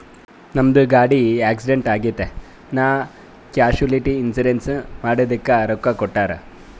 ನಮ್ದು ಗಾಡಿ ಆಕ್ಸಿಡೆಂಟ್ ಆಗಿತ್ ನಾ ಕ್ಯಾಶುಲಿಟಿ ಇನ್ಸೂರೆನ್ಸ್ ಮಾಡಿದುಕ್ ರೊಕ್ಕಾ ಕೊಟ್ಟೂರ್